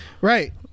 Right